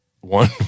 one